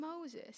Moses